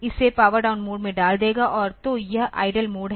तो यह इसे पावर डाउन मोड में डाल देगा और तो यह आईडील मोड है